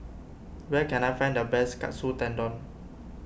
where can I find the best Katsu Tendon